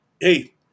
hey